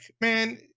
man